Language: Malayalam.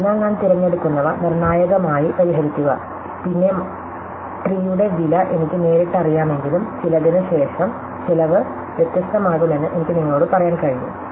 അതിനാൽ ഞാൻ തിരഞ്ഞെടുക്കുന്നവ നിർണ്ണായകമായി പരിഹരിക്കുക പിന്നെ മരങ്ങളുടെ വില എനിക്ക് നേരിട്ട് അറിയാമെങ്കിലും ചിലതിന് ശേഷം ചെലവ് വ്യത്യസ്തമാകുമെന്ന് എനിക്ക് നിങ്ങളോട് പറയാൻ കഴിയും